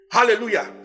Hallelujah